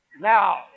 now